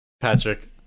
Patrick